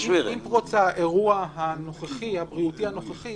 עם פרוץ האירוע הבריאותי הנוכחי